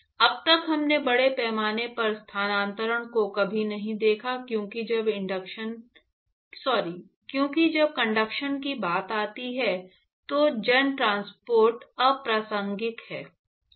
अब तक हमने बड़े पैमाने पर स्थानांतरण को कभी नहीं देखा क्योंकि जब कंडक्शन की बात आती है तो जन ट्रांसपोर्ट अप्रासंगिक है